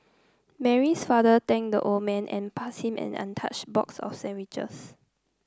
Mary's father thanked the old man and passed him and an untouched box of sandwiches